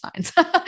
signs